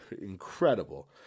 incredible